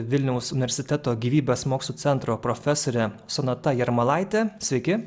vilniaus universiteto gyvybės mokslų centro profesorė sonata jarmalaitė sveiki